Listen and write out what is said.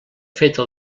feta